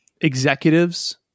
executives